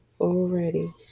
already